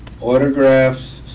Autographs